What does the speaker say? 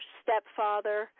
stepfather